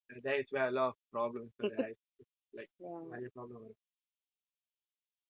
that is where a lot of problem arise like நிறைய:niraya problem வரும்:varum